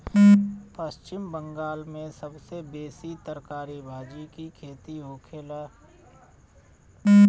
पश्चिम बंगाल में सबसे बेसी तरकारी भाजी के खेती होखेला